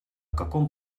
каком